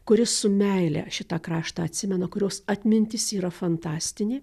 kuri su meile šitą kraštą atsimena kurios atmintis yra fantastinė